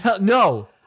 No